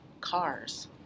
cars